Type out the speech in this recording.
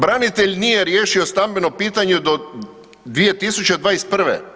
Branitelj nije riješio stambeno pitanje do 2021.